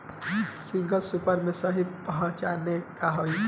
Single super के सही पहचान का हई?